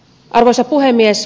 arvoisa puhemies